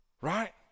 Right